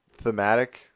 thematic